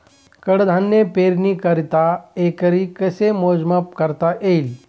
कडधान्य पेरणीकरिता एकरी कसे मोजमाप करता येईल?